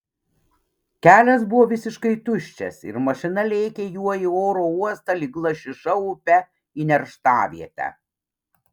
kelias buvo visiškai tuščias ir mašina lėkė juo į oro uostą lyg lašiša upe į nerštavietę